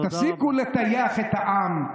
תפסיקו לטייח את העם.